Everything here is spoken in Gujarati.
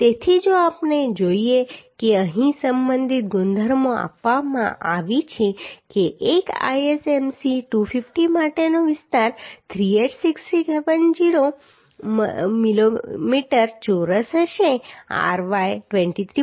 તેથી જો આપણે જોઈએ કે અહીં સંબંધિત ગુણધર્મો આપવામાં આવી છે કે એક ISMC 250 માટેનો વિસ્તાર 3867 મિલીમીટર ચોરસ છે ry 23